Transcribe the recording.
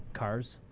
cars?